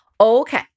Okay